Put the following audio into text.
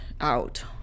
out